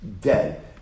dead